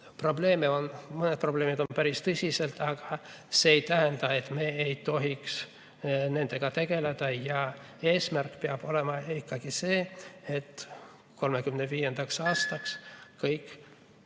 Mõned probleemid on päris tõsised, aga see ei tähenda, et me ei tohiks nendega tegeleda, ja eesmärk peab olema ikkagi see, et 2035. aastaks kõik